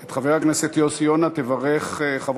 נכון יותר לומר